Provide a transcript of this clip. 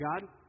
God